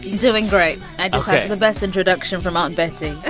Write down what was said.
doing great the best introduction from aunt betty. ah